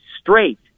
straight